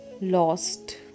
lost